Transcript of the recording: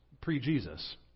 pre-Jesus